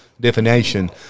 Definition